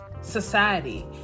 society